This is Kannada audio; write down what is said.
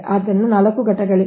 ಆದ್ದರಿಂದ 4 ಘಟಕಗಳು ಇವೆ